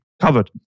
covered